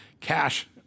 Cash